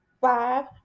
Five